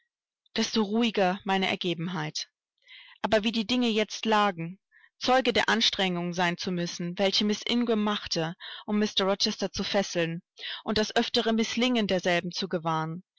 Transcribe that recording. desto ruhiger meine ergebenheit aber wie die dinge jetzt lagen zeuge der anstrengungen sein zu müssen welche miß ingram machte um mr rochester zu fesseln und das öftere mißlingen derselben zu gewahren